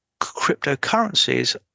cryptocurrencies